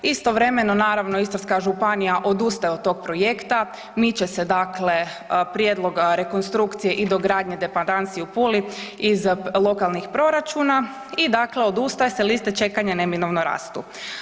Istovremeno naravno Istarska županija odustaje od tog projekta, miče se dakle prijedlog rekonstrukcije i dogradnje depadansi u Puli iza lokalnih proračuna i dakle odustaje se, liste čekanja neminovno rastu.